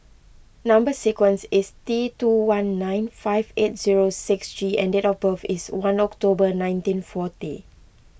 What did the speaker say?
Number Sequence is T two one nine five eight zero six G and date of birth is one October nineteen forty